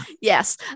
Yes